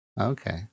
Okay